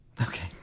Okay